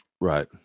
Right